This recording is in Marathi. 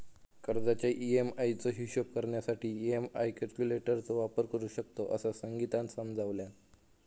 कर्जाच्या ई.एम्.आई चो हिशोब करण्यासाठी ई.एम्.आई कॅल्क्युलेटर चो वापर करू शकतव, असा संगीतानं समजावल्यान